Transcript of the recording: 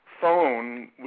phone